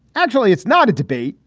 actually, it's not a debate.